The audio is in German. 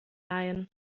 leihen